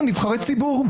נבחרי ציבור.